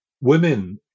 women